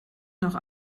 noch